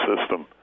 system